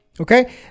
Okay